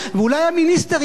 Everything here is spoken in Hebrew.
ואולי המיניסטר יהיה,